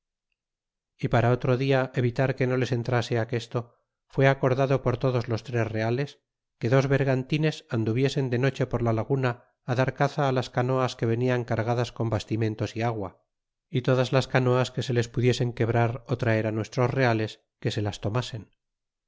y para otro dia evitar que no les entrase aquesto fue acordado por todos tosed reales que dos vergantines anduviesen de noche por la laguna dar caza las canoas que venian cargadas con bastimentos é agua é todas las canoas que se les pudiesen quebrar traer nuestros reales que se las tomasen y